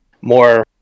more